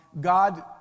god